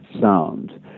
sound